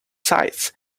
sides